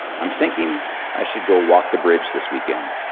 i'm thinking i should go walk the bridge this weekend.